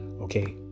Okay